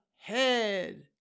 Head